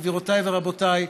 גבירותיי ורבותיי,